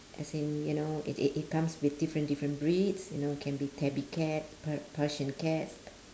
as in you know it it comes with different different breeds you know can be tabby cat persian cat